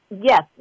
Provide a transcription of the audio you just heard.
yes